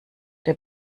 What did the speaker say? der